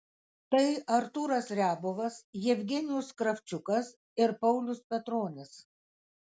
tai artūras riabovas jevgenijus kravčiukas ir paulius petronis